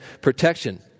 protection